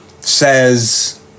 Says